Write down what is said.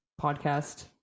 podcast